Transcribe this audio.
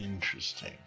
interesting